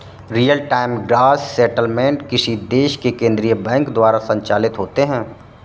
real time gross settlement किसी देश के केन्द्रीय बैंक द्वारा संचालित होते हैं